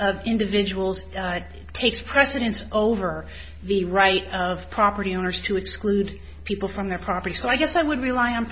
of individuals takes precedence over the right of property owners to exclude people from their property so i guess i would rely on